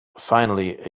finally